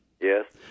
Yes